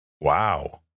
Wow